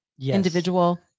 individual